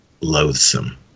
loathsome